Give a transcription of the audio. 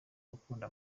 gukunda